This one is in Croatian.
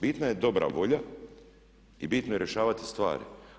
Bitna je dobra volja i bitno je rješavati stvari.